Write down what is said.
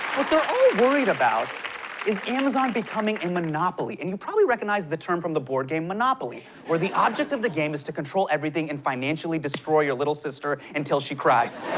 what they're all worried about is amazon becoming a monopoly, and you probably recognize the term from the board game monopoly where the object of the game is to control everything and financially destroy your little sister until she cries.